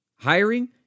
Hiring